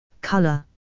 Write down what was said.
Color